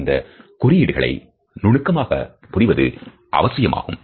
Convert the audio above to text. அந்தக் குறியீடுகளை நுணுக்கமாக புரிவது அவசியமாகும்